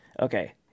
Okay